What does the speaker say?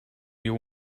you